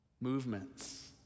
movements